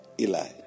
Eli